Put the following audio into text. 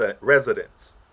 residents